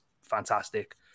fantastic